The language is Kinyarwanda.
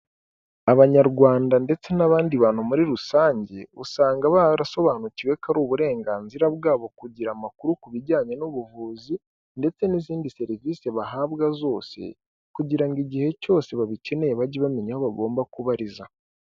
Abanyarwanda ndetse n'abandi bantu muri rusange, usanga barasobanukiwe ko ari uburenganzira bwabo kugira amakuru ku bijyanye n'ubuvuzi ndetse n'izindi serivisi bahabwa zose, kugira ngo igihe cyose babikeneye bajye bamenya aho bagomba kubariza.